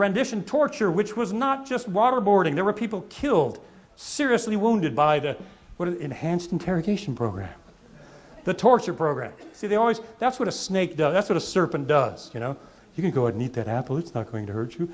rendition torture which was not just waterboarding there were people killed seriously wounded by the enhanced interrogation program the torture program so they always that's what a snake does that's what a serpent does you know you can go and eat that apple it's not going to hurt you